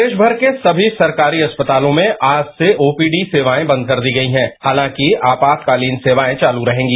प्रदेश भर के सभी सरकारी अस्पतालों में आज से ओपीडी सेवाएं बंद कर दी गई हालांकि आपातकालीन सेवाएं चालू रहेंगी